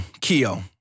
Kyo